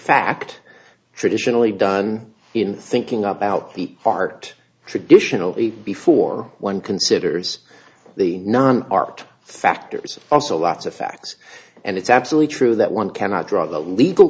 fact traditionally done in thinking about the art traditionally before one considers the non art factors also lots of facts and it's absolutely true that one cannot draw the legal